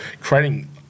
creating